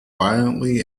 violently